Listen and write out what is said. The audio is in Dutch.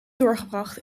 doorgebracht